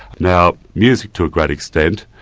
now music to a great extent,